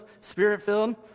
spirit-filled